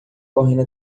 correndo